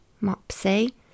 Mopsy